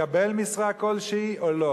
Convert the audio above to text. לקבל משרה כלשהי או לא.